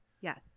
Yes